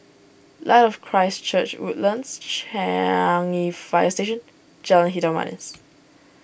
Light of Christ Church Woodlands Changi Fire Station Jalan Hitam Manis